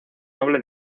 noble